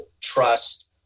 trust